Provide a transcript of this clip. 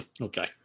Okay